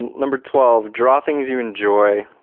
number twelve, draw things you enjoy.